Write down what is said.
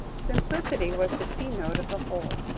simplicity was the keynote of the whole.